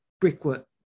brickwork